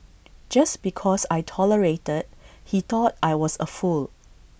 just because I tolerated he thought I was A fool